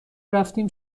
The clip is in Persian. رفتیم